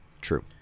true